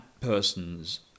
persons